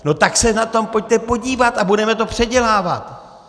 No tak se na to pojďte podívat a budeme to předělávat.